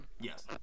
Yes